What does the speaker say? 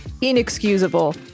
inexcusable